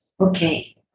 Okay